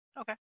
Okay